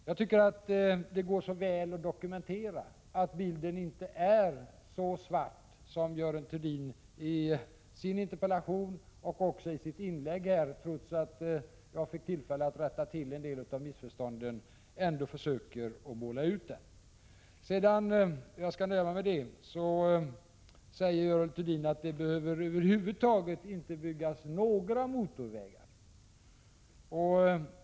Jag tycker att det går att dokumentera att bilden inte är så mörk som Görel Thurdin i sin interpellation och i sitt inlägg här — trots att jag fick tillfälle att rätta till en del av missförstånden — försöker måla den. Sedan säger Görel Thurdin att det inte behöver byggas några motorvägar över huvud taget.